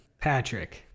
Patrick